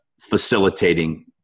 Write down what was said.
facilitating